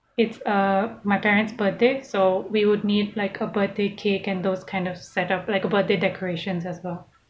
it's a my parents birthday so we would need like a birthday cake and those kind of set up like a birthday decorations as well